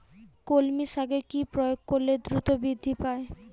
কলমি শাকে কি প্রয়োগ করলে দ্রুত বৃদ্ধি পায়?